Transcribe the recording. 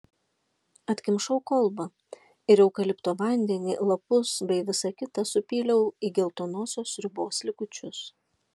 atkimšau kolbą ir eukalipto vandenį lapus bei visa kita supyliau į geltonosios sriubos likučius